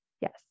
Yes